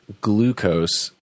glucose